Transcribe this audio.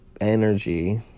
energy